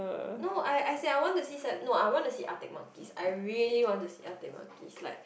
no I as in I want to see s~ no I want to see Arctic-monkeys I really want to see Arctic-monkeys like